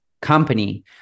company